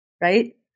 right